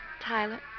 Tyler